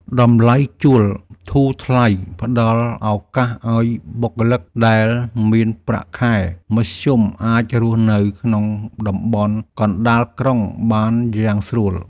តម្លៃជួលធូរថ្លៃផ្ដល់ឱកាសឱ្យបុគ្គលិកដែលមានប្រាក់ខែមធ្យមអាចរស់នៅក្នុងតំបន់កណ្ដាលក្រុងបានយ៉ាងស្រួល។